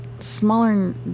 smaller